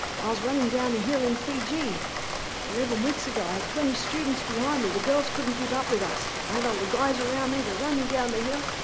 i was running down a hill in fiji eleven weeks ago. i had twenty students behind me. the girls couldn't keep up with us. i had all the guys around me, we're running down the hill,